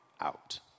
out